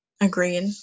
Agreed